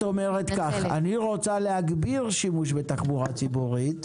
את אומרת: אני רוצה להגביר שימוש בתחבורה ציבורית,